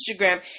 Instagram